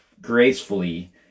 gracefully